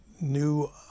new